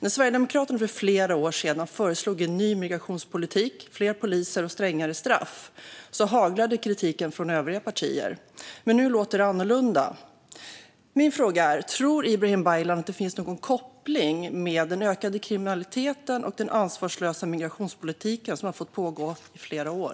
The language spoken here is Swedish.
När Sverigedemokraterna för flera år sedan föreslog en ny migrationspolitik, fler poliser och strängare straff haglade kritiken från övriga partier. Nu låter det annorlunda. Min fråga är: Tror Ibrahim Baylan att det finns någon koppling mellan den ökande kriminaliteten och den ansvarslösa migrationspolitiken, som har fått pågå i flera år?